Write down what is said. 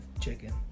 chicken